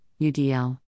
UDL